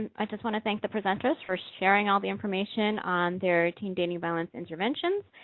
i just want to thank the presenters for sharing all the information on their teen dating violence intervention.